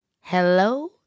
Hello